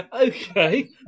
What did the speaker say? Okay